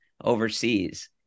overseas